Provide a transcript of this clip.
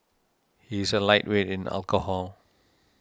he's a lightweight in alcohol